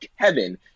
Kevin